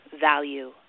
value